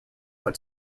but